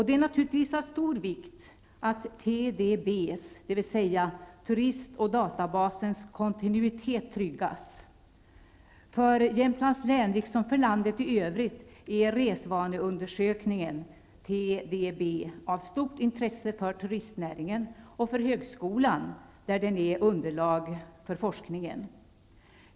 Det är naturligtvis av stor vikt att TDB:s -- turist och databasens -- kontinuitet tryggas. För Jämtlands län liksom för landet i övrigt är resvaneundersökningen, TDB, av stort intresse för turistnäringen och för högskolan, där den är underlag för forskningen.